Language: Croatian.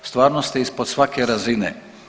Stvarno ste ispod svake razine.